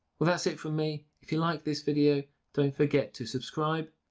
well that's it for me. if you like this video, don't forget to subscribe,